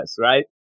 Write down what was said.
right